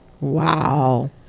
Wow